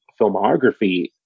filmography